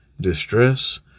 distress